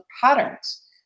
patterns